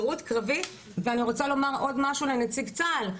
שירות קרבי ואני רוצה לומר עוד משהו לנציג צה"ל,